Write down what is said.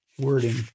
wording